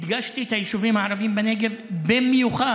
הדגשתי את היישובים הערביים בנגב במיוחד.